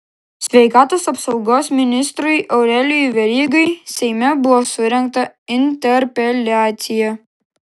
sveikatos apsaugos ministrui aurelijui verygai seime buvo surengta interpeliacija